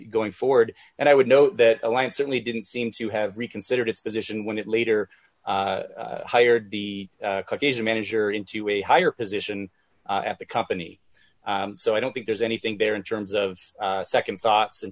going forward and i would know that alliance certainly didn't seem to have reconsidered its position when it later hired the caucasian manager into a higher position at the company so i don't think there's anything there in terms of nd thoughts in